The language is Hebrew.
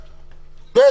הוועדה, אישרנו.